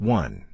one